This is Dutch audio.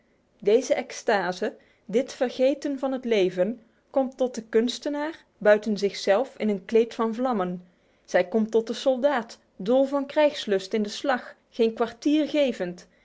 deze extase dit vergeten van het leven komt tot den kunstenaar buiten zichzelf in een kleed van vlammen zij komt tot den soldaat dol van krijgslust in de slag geen kwartier gevend